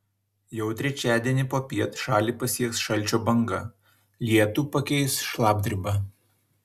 jau trečiadienį popiet šalį pasieks šalčio banga lietų pakeis šlapdriba